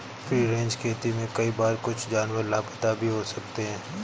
free range खेती में कई बार कुछ जानवर लापता भी हो सकते हैं